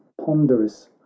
ponderous